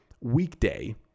weekday